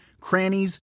crannies